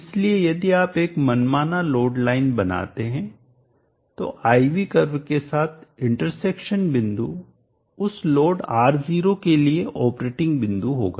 इसलिए यदि आप एक मनमाना लोड लाइन बनाते हैं तो I V कर्व के साथ इंटरसेक्शनप्रतिच्छेदन बिंदु उस लोड R0 के लिए ऑपरेटिंग बिंदु होगा